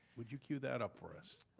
would you cue that up for us?